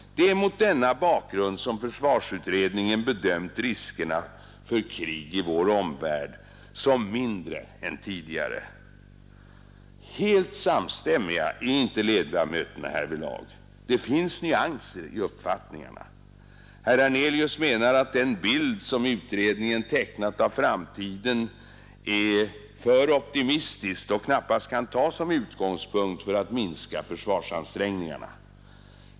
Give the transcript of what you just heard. Det är mot denna bakgrund som försvarsutredningen bedömt riskerna för krig i vår omvärld som mindre än tidigare. Helt samstämmiga är inte ledamöterna härvidlag — det finns nyanser i uppfattningarna. Herr Hernelius menar att den bild som utredningen har tecknat av framtiden är för optimistisk och knappast kan tas som utgångspunkt för att minska försvarsansträngningarna.